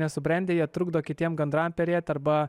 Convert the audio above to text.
nesubrendę jie trukdo kitiem gandram perėt arba